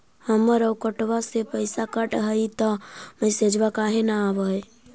हमर अकौंटवा से पैसा कट हई त मैसेजवा काहे न आव है?